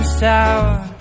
sour